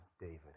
David